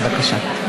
בבקשה.